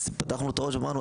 אז פתחנו את הראש ואמרנו,